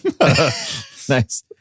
Nice